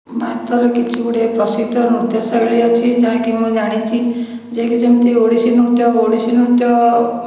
ଭାରତର କିଛିଗୁଡ଼ିଏ ପ୍ରସିଦ୍ଧ ନୃତ୍ୟ ଶୈଳୀ ଅଛି ଯାହାକି ମୁଁ ଜାଣିଛି ଯିଏକି ଯେମିତି ଓଡ଼ିଶୀ ନୃତ୍ୟ ଓଡ଼ିଶୀ ନୃତ୍ୟ